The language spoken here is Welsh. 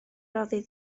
roddir